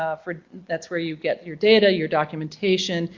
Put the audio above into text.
ah for that's where you get your data, your documentation,